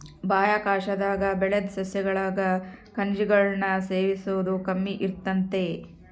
ಬಾಹ್ಯಾಕಾಶದಾಗ ಬೆಳುದ್ ಸಸ್ಯಗುಳಾಗ ಖನಿಜಗುಳ್ನ ಸೇವಿಸೋದು ಕಮ್ಮಿ ಇರ್ತತೆ